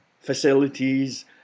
facilities